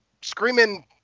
screaming